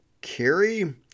Carrie